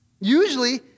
Usually